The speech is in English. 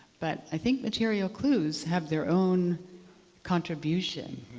but i think material clues have their own contribution.